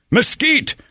Mesquite